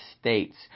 States